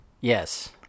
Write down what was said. Yes